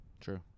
True